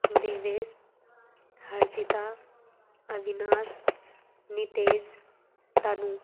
Devesh Harshita Avinash Nitesh Tanu